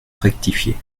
rectifié